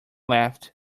left